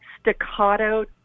staccato